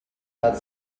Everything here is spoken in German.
hat